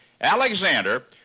Alexander